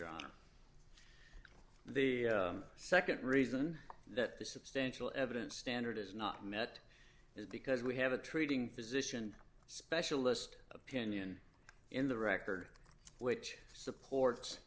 your on the nd reason that the substantial evidence standard is not met is because we have a treating physician specialist opinion in the record which supports